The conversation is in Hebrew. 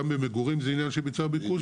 גם במגורים זה עניין של היצע וביקוש,